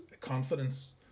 confidence